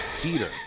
Peter